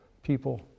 people